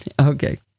Okay